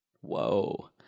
Whoa